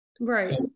Right